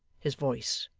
his voice,